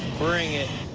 bring it.